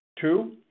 Two